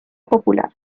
popular